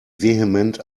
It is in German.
vehement